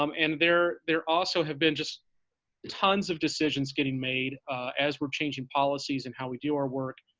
um and there there also have been just tons of decisions getting made as we're changing policies in how we do our work.